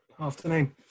Afternoon